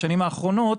בשנים האחרונות,